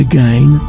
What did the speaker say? Again